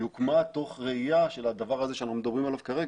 היא הוקמה תוך ראייה של הדבר שאנחנו מדברים עליו כרגע,